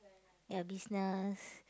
ya business